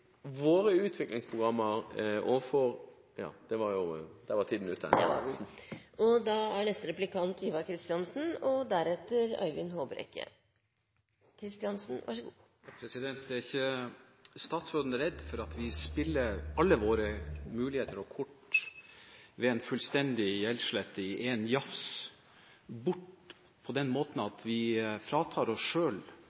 våre utviklingsprogrammer overfor – ja, der var tiden ute. Er ikke statsråden redd for at vi spiller bort alle våre muligheter og kort ved en fullstendig gjeldsslette i en jafs – redd for at vi med denne ubetingede og usminkede gjeldssletten fratar oss selv gode kort for å kunne holde et press på